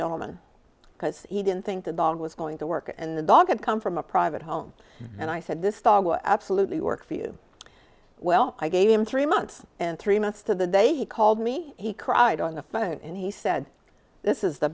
gentleman because he didn't think the dog was going to work and the dog had come from a private home and i said this dog absolutely worked for you well i gave him three months and three months to the day he called me he cried on the phone and he said this is the